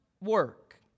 work